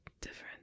different